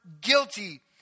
guilty